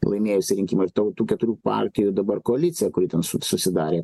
laimėjusi rinkimą ir tau tų keturių partijų dabar koalicija kuri ten su susidarė